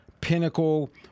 Pinnacle